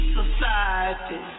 society